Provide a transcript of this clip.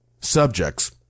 subjects